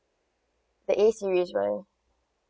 that is series